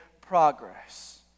progress